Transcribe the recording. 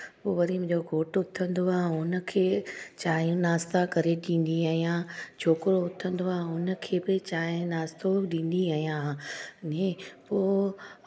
पोइ वरी मुंहिंजो घोटि उथंदो आहे उनखे चाहिं नाश्ता करे ॾींदी आहियां छोकिरो उथंदो आहे उनखे बि चाहिं नाश्तो ॾींदी आहियां इएं पोइ